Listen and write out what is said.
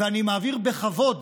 ואני מעביר בכבוד